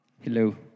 Hello